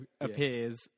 appears